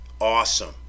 awesome